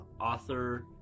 Author